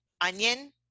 onion